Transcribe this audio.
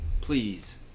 Please